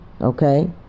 okay